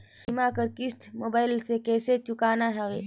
बीमा कर किस्त मोबाइल से कइसे चुकाना हवे